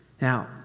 Now